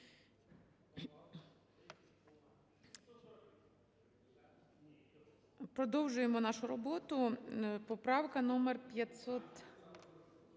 Продовжуємо нашу роботу. Поправка номер 500.